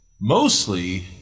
mostly